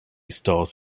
stars